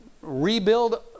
rebuild